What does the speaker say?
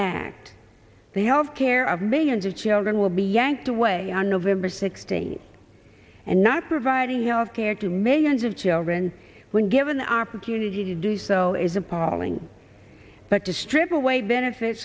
act the health care of millions of children will be yanked away on nov sixteenth and not providing health care to millions of children when given an opportunity to do so is appalling but to strip away benefits